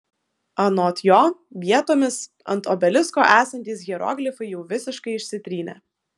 anot jo vietomis ant obelisko esantys hieroglifai jau visiškai išsitrynė